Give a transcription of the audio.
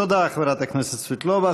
תודה, חברת הכנסת סבטלובה.